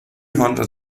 hundred